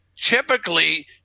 Typically